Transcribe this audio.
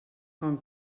com